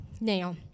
now